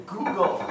Google